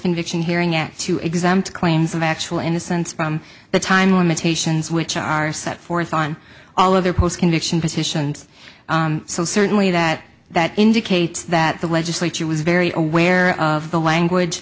conviction hearing as to exempt claims of actual innocence from the time limitations which are set forth on all of their post conviction positions so certainly that that indicates that the legislature was very aware of the language